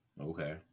Okay